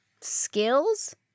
skills